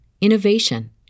innovation